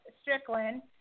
Strickland